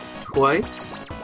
twice